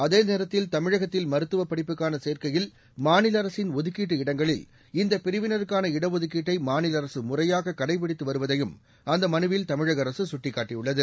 அதேநேரத்தில் தமிழகத்தில் மருத்துவப் படிப்புக்கான சேர்க்கையில் மாநில அரசின் ஒதுக்கீட்டு இடங்களில் இந்த பிரிவினருக்கான இடஒதுக்கீட்டை மாநில அரசு முறையாக கடைப்பிடித்து வருவதையும் அந்த மனுவில் தமிழக அரசு சுட்டிக்காட்டியுள்ளது